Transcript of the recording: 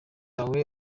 wawe